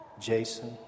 Jason